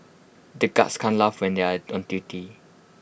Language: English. the guards can't laugh when they are on duty